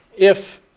if